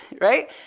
right